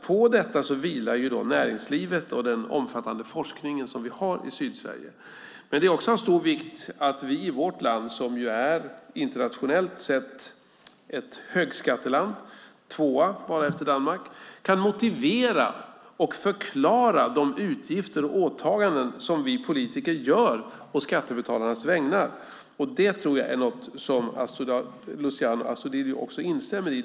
På detta vilar näringslivet och den omfattande forskning som vi har i Sydsverige. Men det är också av stor vikt att vi i vårt land, som ju internationellt sett är ett högskatteland - tvåa efter Danmark - kan motivera och förklara de utgifter och åtaganden som vi politiker gör å skattebetalarnas vägnar. Jag tror att det är något som Luciano Astudillo också instämmer i.